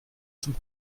zum